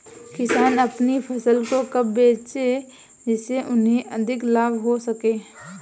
किसान अपनी फसल को कब बेचे जिसे उन्हें अधिक लाभ हो सके?